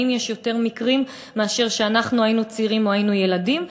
אם יש יותר מקרים מאשר כשאנחנו היינו צעירים או היינו ילדים.